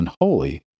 Unholy